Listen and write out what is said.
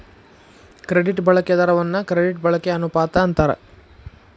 credit ಬಳಕೆ ದರವನ್ನ credit ಬಳಕೆಯ ಅನುಪಾತ ಅಂತಾರ